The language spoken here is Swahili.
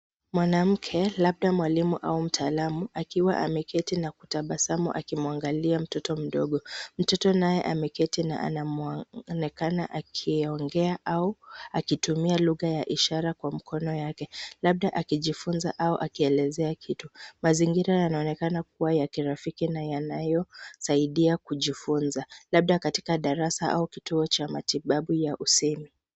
Mwanamke labda mwalimu au mtaalamu akiwa ameketi na kutabasamu akimwangalia mtoto mdogo. Mtoto naye ameketi na anaonekana akiongea au akitumia lugha ya ishara kwa mkono yake labda akijifunza au akielezea kitu. Mazingira yanaonekana kuwa ya kirafiki na yanayosaidia kujifunza labda katika darasa au kituo cha matibabu ya usemi.